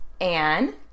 Anne